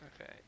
Okay